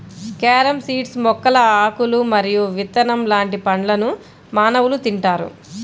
carom seeds మొక్కల ఆకులు మరియు విత్తనం లాంటి పండ్లను మానవులు తింటారు